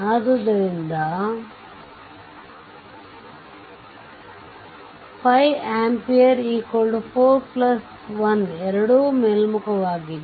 ಆದ್ದರಿಂದ ಅಂದರೆ 5 ಆಂಪಿಯರ್ 4 1 ಎರಡೂ ಮೇಲ್ಮುಖವಾಗಿದೆ